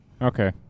Okay